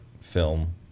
film